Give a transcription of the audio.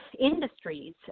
industries